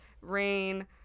rain